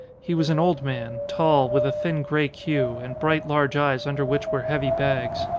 he was an old man, tall, with a thin grey queue, and bright large eyes under which were heavy bags.